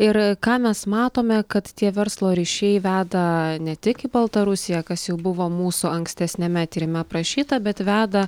ir ką mes matome kad tie verslo ryšiai veda ne tik į baltarusiją kas jau buvo mūsų ankstesniame tyrime aprašyta bet veda